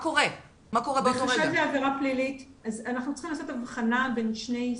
אנחנו צריכים לעשות הבחנה בין שני סוגים.